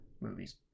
movies